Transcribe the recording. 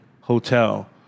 hotel